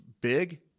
big